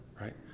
right